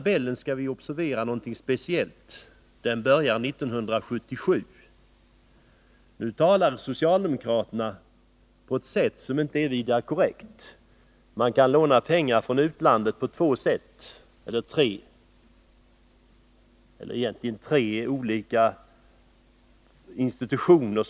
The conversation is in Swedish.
Men vi bör observera någonting speciellt i det här diagrammet för 1977 och framåt som visar att socialdemokraterna talar på ett sätt som inte är vidare korrekt. Vi kan låna pengar från utlandet genom tre olika institutioner.